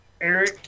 eric